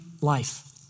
life